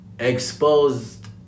Exposed